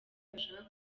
bashaka